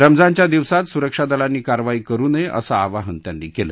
रमजानच्या दिवसात सुरक्षा दलांनी कारवाई करू नये असं आवाहन त्यांनी केलं